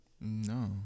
No